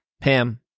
Pam